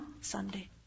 Sunday